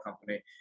company